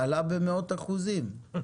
זו העלאה במאות אחוזים.